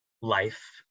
life